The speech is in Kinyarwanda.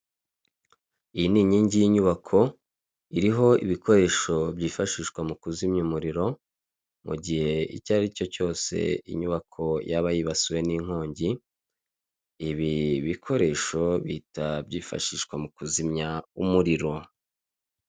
Ni nyubako itanga serivise, harimo umugabo wambaye umupira w'umweru wakira abamugana. Hari umugabo uje ateruye umwana, akaba yambaye rinete ndetse n'ipantaro y'umukara.